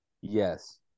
Yes